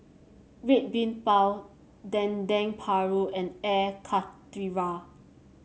Red Bean Bao Dendeng Paru and Air Karthira